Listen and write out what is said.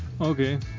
okay